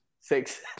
Six